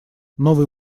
новый